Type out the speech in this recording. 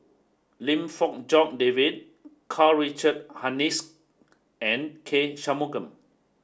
Lim Fong Jock David Karl Richard Hanitsch and K Shanmugam